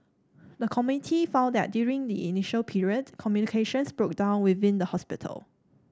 the committee found that during the initial period communications broke down within the hospital